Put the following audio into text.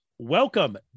welcome